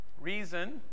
Reason